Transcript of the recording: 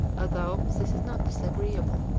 although this is not disagreeable.